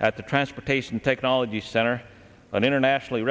at the transportation technology center an internationally